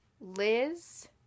Liz